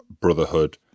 brotherhood